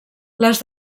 les